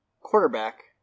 quarterback